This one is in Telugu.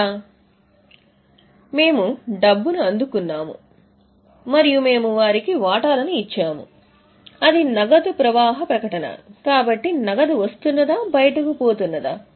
ఎలా మేము డబ్బును అందుకున్నాము మరియు మేము వారికి వాటాలను ఇచ్చాము అది నగదు ప్రవాహ ప్రకటన కాబట్టి నగదు వస్తున్నదా బయటకు పోతున్నదా